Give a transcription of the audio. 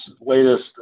latest